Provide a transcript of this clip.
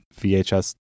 VHS